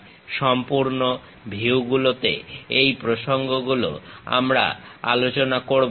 sectional ভিউগুলোতে এই প্রসঙ্গগুলো আমরা আলোচনা করবো